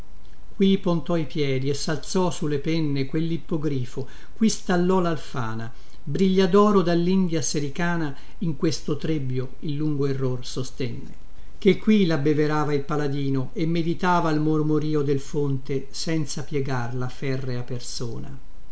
qui pontò i piedi e salzò sulle penne quellippogrifo qui stallò lalfana brigliadoro dallindia sericana in questo trebbio il lungo error sostenne che qui labbeverava il paladino e meditava al mormorio del fonte senza piegar la ferrea persona